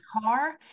car